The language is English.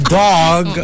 dog